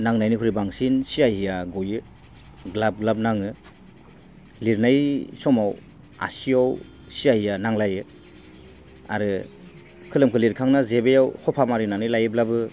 नांनायनिख्रुय बांसिन सि आयआ गयो द्लाब द्लाब नाङो लिरनाय समाव आसियाव सिआयआ नांलायो आरो खोलोमखौ लिरखांना जेबायाव सफा मारिनानै लायोब्लाबो